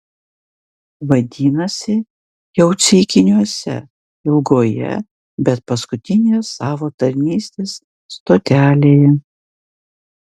vadinasi jau ceikiniuose ilgoje bet paskutinėje savo tarnystės stotelėje